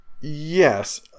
Yes